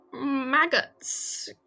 maggots